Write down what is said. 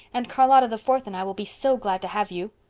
and charlotta the fourth and i will be so glad to have you.